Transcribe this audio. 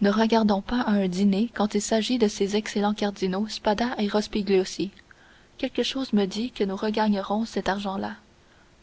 ne regardons pas à un dîner quand il s'agit de ces excellents cardinaux spada et rospigliosi quelque chose me dit que nous regagnerons cet argent-là